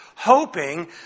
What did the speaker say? hoping